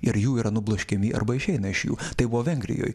ir jų yra nubloškiami arba išeina iš jų tai buvo vengrijoj